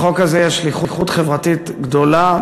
לחוק הזה יש שליחות חברתית גדולה,